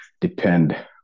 depend